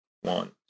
one